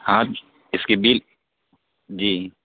ہاں اس کی بل جی